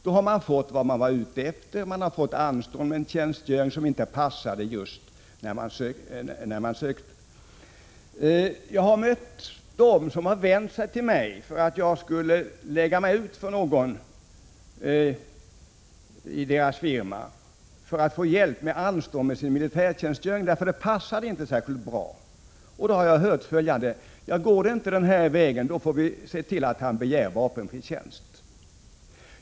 Och då har man fått anstånd med en tjänstgöring som inte passade just när man Jag har mött dem som vänt sig till mig för att jag skulle lägga mig ut för någon som arbetat i deras firma för att få anstånd med militärtjänstgöringen, eftersom den inte passade särskilt bra. Då har jag hört följande: Går det inte den här vägen, får vi se till att han begär vapenfri tjänst.